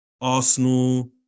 Arsenal